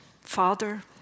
Father